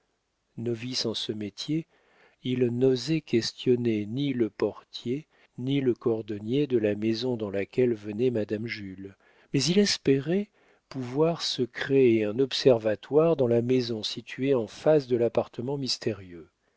rue novice en ce métier il n'osait questionner ni le portier ni le cordonnier de la maison dans laquelle venait madame jules mais il espérait pouvoir se créer un observatoire dans la maison située en face de l'appartement mystérieux